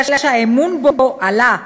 אלא שהאמון בו עלה.